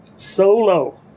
Solo